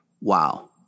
Wow